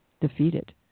defeated